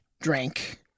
drank